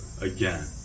again